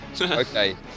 Okay